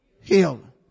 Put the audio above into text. healing